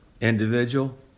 individual